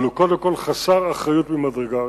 אבל קודם כול הוא חסר אחריות ממדרגה ראשונה.